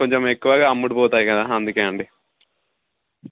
కొంచం ఎక్కువగా అమ్ముడుపోతాయి కదా అందుకని అండి